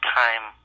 time